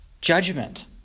judgment